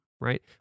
right